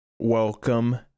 welcome